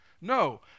No